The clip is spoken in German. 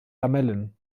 lamellen